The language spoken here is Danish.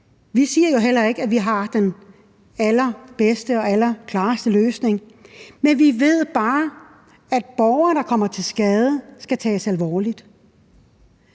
Vi siger jo heller ikke, at vi har den allerbedste og allerklareste løsning, men vi ved bare, at borgere, der kommer til skade, skal tages alvorligt.